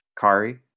Kari